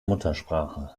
muttersprache